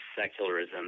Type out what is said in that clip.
secularism